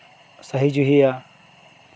ᱥᱟᱹᱦᱤ ᱡᱩᱦᱤᱭᱟ